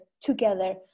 together